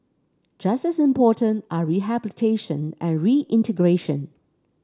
just as important are rehabilitation and reintegration